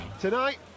Tonight